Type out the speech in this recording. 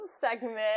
segment